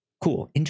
Cool